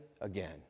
again